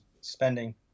spending